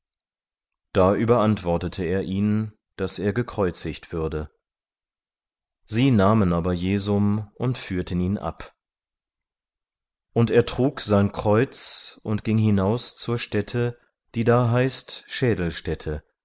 da überantwortete er ihn daß er gekreuzigt würde sie nahmen aber jesum und führten ihn ab und er trug sein kreuz und ging hinaus zur stätte die da heißt